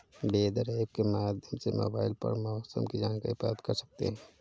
weather app के माध्यम से मोबाइल पर मौसम की जानकारी प्राप्त कर सकते हैं